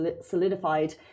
solidified